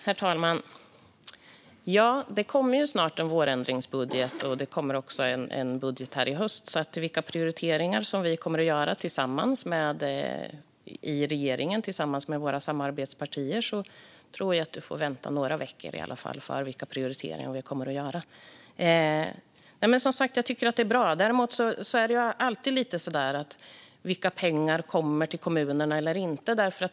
Herr talman! Det kommer snart en vårändringsbudget, och det kommer också en budget i höst. Vilka prioriteringar vi i regeringen kommer att göra tillsammans med våra samarbetspartier tror jag att Jan Ericson får vänta i alla fall några veckor på. Att Moderaterna vill satsa är som sagt bra. Men det är alltid lite så där: Vilka pengar kommer eller kommer inte till kommunerna?